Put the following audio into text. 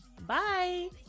Bye